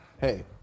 Hey